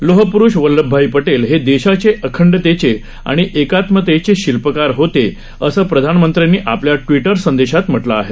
लोह पुरुष वल्लभभाई पटेल हे देशाच्या अखंडतेचे आणि एकात्मतेचे शिल्पकार होते असं प्रधानमंत्र्यानी आपल्या ट्विटर संदेशात म्हटलं आहे